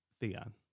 Theon